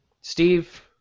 Steve